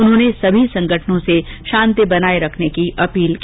उन्होंने सभी संगठनों से शांति बनाए रखने की अपील की